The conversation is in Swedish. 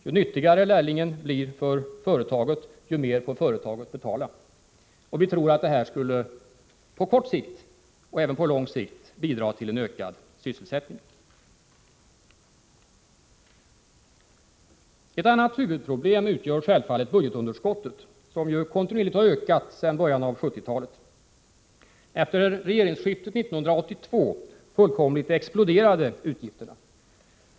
Ju nyttigare lärlingen blir för företaget, ju mer får företaget betala. Vi tror att detta på både kort och lång sikt kommer att bidra till en ökad sysselsättning. Ett annat huvudproblem utgör självfallet budgetunderskottet, som har ökat kontinuerligt sedan början av 1970-talet. Efter regeringsskiftet 1982 fullkomligt exploderade utgifterna.